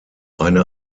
eine